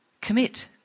Commit